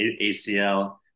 ACL